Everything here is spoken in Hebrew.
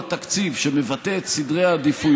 שיעור התקציב שמבטא את סדר העדיפויות,